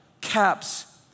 caps